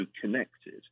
connected